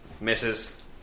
misses